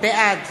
בעד